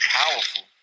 powerful